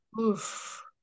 Oof